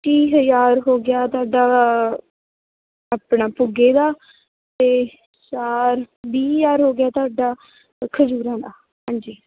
ਤੀਹ ਹਜ਼ਾਰ ਹੋ ਗਿਆ ਤੁਹਾਡਾ ਆਪਣਾ ਭੁੱਗੇ ਦਾ ਅਤੇ ਚਾਰ ਵੀਹ ਹਜ਼ਾਰ ਹੋ ਗਿਆ ਤੁਹਾਡਾ ਖਜੂਰਾਂ ਦਾ ਹਾਂਜੀ